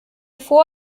vor